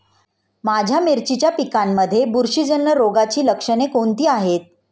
माझ्या मिरचीच्या पिकांमध्ये बुरशीजन्य रोगाची लक्षणे कोणती आहेत?